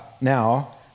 Now